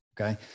Okay